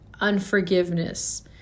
unforgiveness